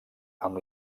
amb